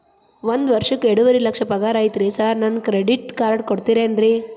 ಒಂದ್ ವರ್ಷಕ್ಕ ಎರಡುವರಿ ಲಕ್ಷ ಪಗಾರ ಐತ್ರಿ ಸಾರ್ ನನ್ಗ ಕ್ರೆಡಿಟ್ ಕಾರ್ಡ್ ಕೊಡ್ತೇರೆನ್ರಿ?